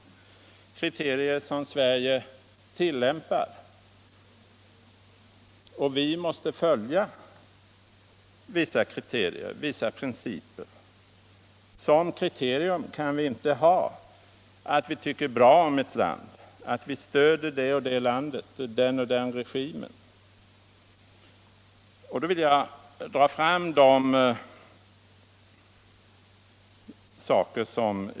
Det finns alltså vissa principer som Sverige tillämpar och som vi också här måste följa. Som kriterium kan vi inte ha att vi tycker bra om ett land eller att vi stöder det och det landet eller den och den regimen.